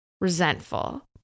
resentful